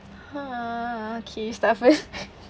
!huh! okay you start first